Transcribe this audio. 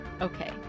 Okay